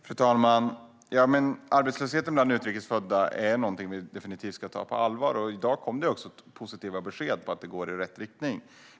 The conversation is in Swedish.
Fru talman! Arbetslösheten bland utrikes födda är någonting som vi definitivt ska ta på allvar. I dag kom det också positiva besked om att det går i rätt riktning.